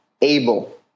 able